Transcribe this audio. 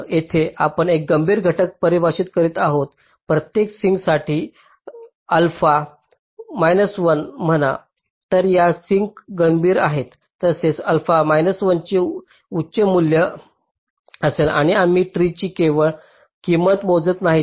येथे जसे आपण एक गंभीर घटक परिभाषित करीत आहोत प्रत्येक सिंक सीसाठी अल्फा 1 म्हणा तर ज्या सिंक गंभीर आहेत त्यांचे अल्फा 1 चे उच्च मूल्य असेल आणि आम्ही ट्री ची केवळ किंमतच मोजत नाही आहोत